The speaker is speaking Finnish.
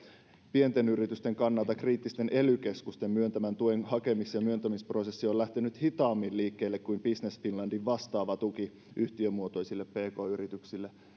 pienten yritysten kannalta kriittisen ely keskusten myöntämän tuen hakemis ja myöntämisprosessi on lähtenyt hitaammin liikkeelle kuin business finlandin vastaava tuki yhtiömuotoisille pk yrityksille eli